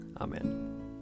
Amen